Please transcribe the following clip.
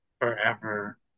forever